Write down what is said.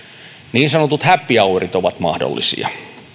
niin sanotut happy hourit ovat mahdollisia